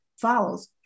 follows